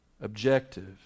objective